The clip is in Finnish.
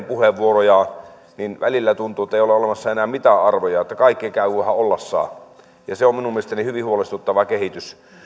puheenvuoroja kuuntelee että välillä tuntuu että ei ole olemassa enää mitään arvoja että kaikki käy kunhan olla saa se on minun mielestäni hyvin huolestuttava kehitys